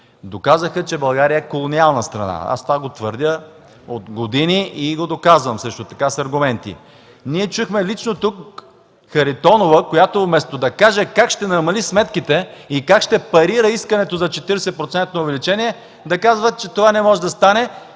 доказаха, че България е колониална страна. Това го твърдя от години и го доказвам с аргументи. Ние чухме лично тук Харитонова, която вместо да каже как ще намали сметките и как ще парира искането за 40-процентно увеличение, да казва, че това не може да стане,